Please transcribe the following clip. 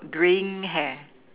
drain hair